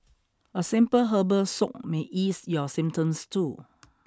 a simple herbal soak may ease your symptoms too